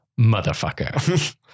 motherfucker